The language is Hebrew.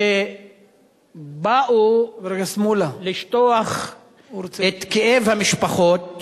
שבאו לשטוח את כאב המשפחות